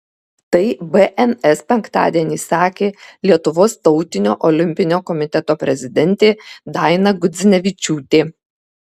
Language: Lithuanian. tai bns penktadienį sakė lietuvos tautinio olimpinio komiteto prezidentė daina gudzinevičiūtė